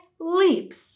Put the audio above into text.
leaps